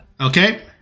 Okay